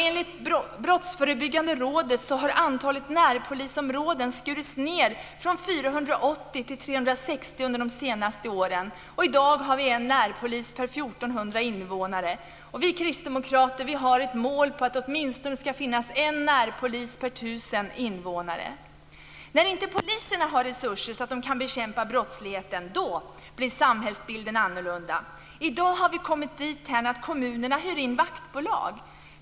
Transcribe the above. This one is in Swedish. Enligt BRÅ, Brottsförebyggande rådet, har antalet närpolisområden skurits ned från 480 till 360 under de senaste åren. I dag finns det en närpolis per 1 400 invånare. Vi kristdemokrater har ett mål om att det åtminstone ska finnas en närpolis per 1 000 invånare. När inte polisen har resurser så att den kan bekämpa brottsligheten blir samhällsbilden annorlunda. I dag har vi kommit dithän att kommunerna hyr in vaktbolag.